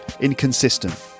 Inconsistent